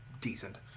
decent